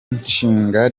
nshinga